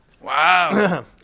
Wow